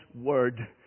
word